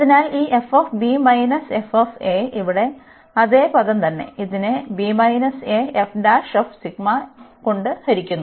അതിനാൽ ഈ ഇവിടെ അതേ പദം തന്നെ ഇതിനെ കൊണ്ട് ഹരിക്കുന്നു